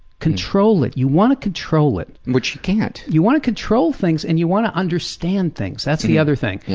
control it, you want to control it, which you can't. you want to control things, and you want to understand things, that's the other thing.